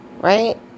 Right